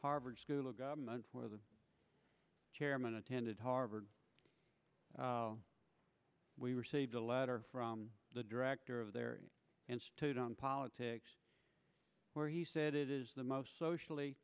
harvard school of government where the chairman attended harvard we received a letter from the director of the institute on politics where he said it is the most socially